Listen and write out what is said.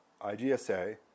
IGSA